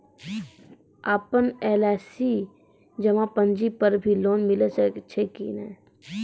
आपन एल.आई.सी जमा पर्ची पर भी लोन मिलै छै कि नै?